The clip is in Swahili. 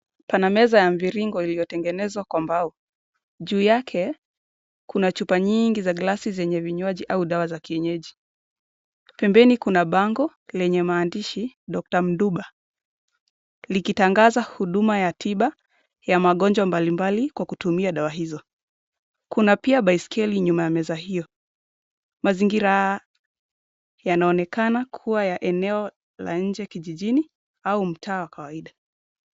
Pana meza ya mviringo iliyotengenezwa kwa mbao. Juu yake kuna chupa nyingi za glasi zenye vinywaji ama dawa za kienyeji. Pembeni kuna bango lenye maandishi DR. MDUMBA likitangaza huduma ya tiba ya magomjwa mbalimbali kwa kutumia dawa hizo. Kuna pia baiskeli nyuma ya meza hiyo. Mazingira yanaonekana kuwa ya eneo la nje kijijini au mtaa wa kawaida.